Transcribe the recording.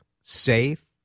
safe